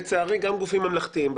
לצערי גם גופים ממלכתיים,